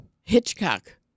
Hitchcock